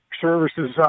services